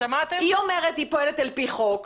היא אומרת שהיא פועלת על פי חוק.